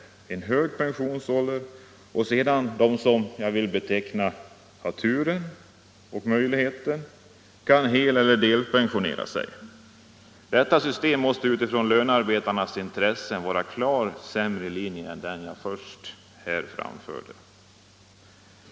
Man utgår från en hög pensionsålder, och sedan kan den som har — det vill jag beteckna det som — turen och möjligheten därtill heleller deltidspensionera sig. Detta system måste utifrån lönearbetarnas intressen vara klart sämre än den linje jag började med att redogöra för.